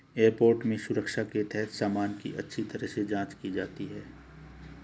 airport में सुरक्षा के तहत सामान की अच्छी तरह से जांच की जाती है